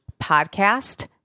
podcast